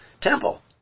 temple